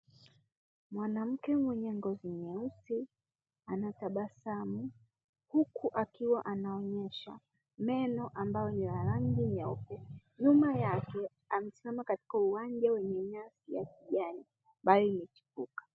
Mwanamke mwenye ngozi nyeusi anatabasamu huku akiwa anaonyesha meno ambayo ni ya rangi nyeupe. Nyuma yake amesimama katika uwanja wenye nyasi ya kijani ambayo imamechipuka.